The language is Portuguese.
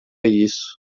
isso